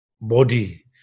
body